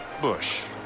Bush